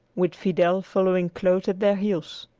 with fidel following close at their heels.